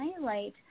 highlight